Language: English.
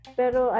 pero